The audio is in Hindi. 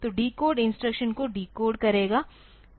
तो डिकोड इंस्ट्रक्शन को डिकोड करेगा